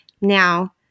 now